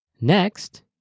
Next